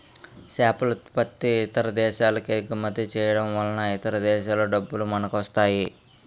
సేపలుత్పత్తి ఇతర దేశాలకెగుమతి చేయడంవలన ఇతర దేశాల డబ్బులు మనకొస్తాయి